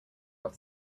off